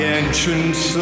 entrance